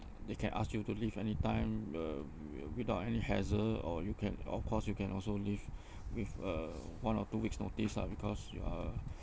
they can ask you to leave anytime uh without any hassle or you can of course you can also leave with a one or two weeks notice lah because you are a